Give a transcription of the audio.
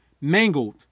mangled